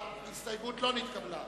ההסתייגות לא נתקבלה.